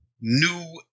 new